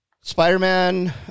Spider-Man